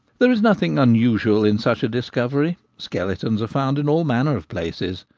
there is nothing unusual in such a discovery skeletons are found in all manner of places.